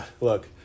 Look